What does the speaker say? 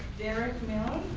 derrick mills.